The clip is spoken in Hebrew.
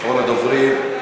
אחרון הדוברים,